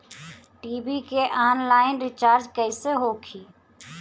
TV के online recharge कैसे होखी?